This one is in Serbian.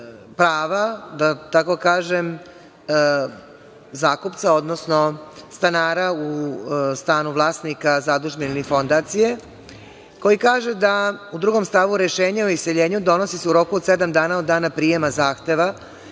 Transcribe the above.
prava, da tako kažem, zakupca, odnosno stanara u stanu vlasnika zadužbine ili fondacije, koji kaže da se u 2. stavu rešenje o iseljenju donosi u roku od sedam dana od dana prijema zahteva